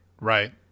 Right